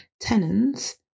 tenants